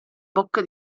bocca